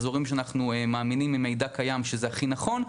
אזורים שממידע קיים אנחנו מאמינים שזה הכי נכון.